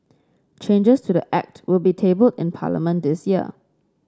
changes to the Act will be tabled in Parliament this year